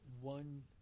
one